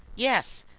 yes,